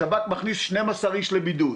השב"כ מכניס 12 אנשים לבידוד.